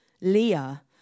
Leah